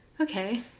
okay